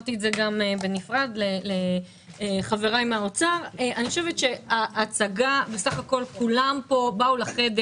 - ואמרתי את זה גם בנפרד לחבריי מהאוצר שבסך הכול כולם באו לחדר